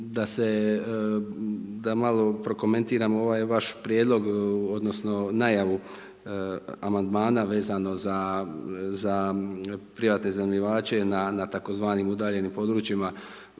da malo prokomentiramo ovaj vaš prijedlog odnosno najavu amandmana vezano za privatne iznajmljivače na tzv. udaljenim područjima.